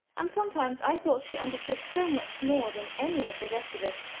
and sometimes i thought she understood so much more than any of the rest of us,